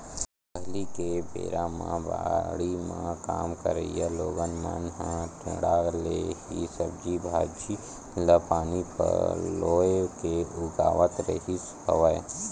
पहिली के बेरा म बाड़ी म काम करइया लोगन मन ह टेंड़ा ले ही सब्जी भांजी ल पानी पलोय के उगावत रिहिस हवय